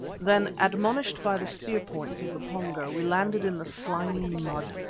then, admonished by the spear points of the pongo, we landed in the slimy mud.